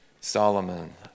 Solomon